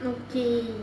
okay